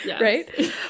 right